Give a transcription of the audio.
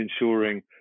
ensuring